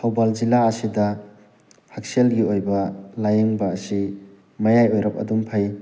ꯊꯧꯕꯥꯜ ꯖꯤꯂꯥ ꯑꯁꯤꯗ ꯍꯛꯁꯦꯜꯒꯤ ꯑꯣꯏꯕ ꯂꯥꯏꯌꯦꯡꯕ ꯑꯁꯤ ꯃꯌꯥꯏ ꯑꯣꯏꯔꯞ ꯑꯗꯨꯝ ꯐꯩ